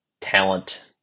talent